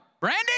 Brandy